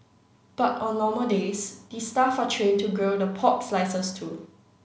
but on normal days the staff are trained to grill the pork slices too